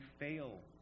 fail